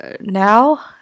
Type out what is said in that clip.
now